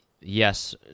yes